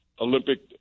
Olympic